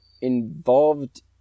involved